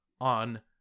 on